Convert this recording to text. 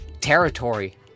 territory